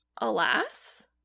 Alas